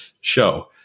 show